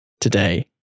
today